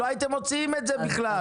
לא הייתם מוציאים את זה בכלל.